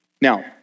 Now